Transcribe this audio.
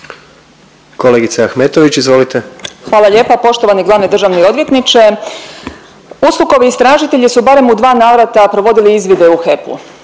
izvolite. **Ahmetović, Mirela (SDP)** Hvala lijepo. Poštovani glavni državni odvjetniče. USKOK-ovi istražitelji su barem u dva navrata provodili izvide u HEP-u,